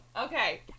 Okay